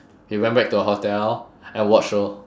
we went back to our hotel and watch show